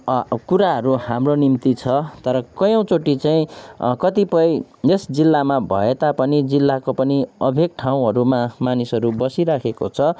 कुराहरू हाम्रो निम्ति छ तर कयौँचोटि चाहिँ कतिपय यस जिल्लामा भए तापनि जिल्लाको पनि अभेग ठाउँहरूमा मानिसहरू बसिरहेको छ